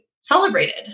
celebrated